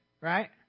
right